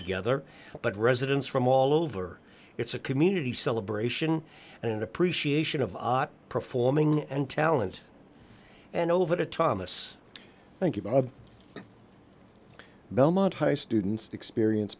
together but residents from all over it's a community celebration and an appreciation of performing and talent and over to thomas thank you bob belmont high students experience